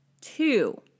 Two